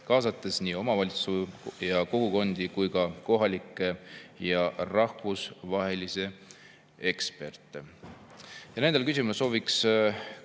kaasates nii omavalitsusi ja kogukondi kui ka kohalikke ja rahvusvahelisi eksperte? Nendele küsimustele sooviks